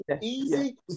easy